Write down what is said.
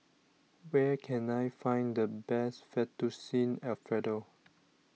where can I find the best Fettuccine Alfredo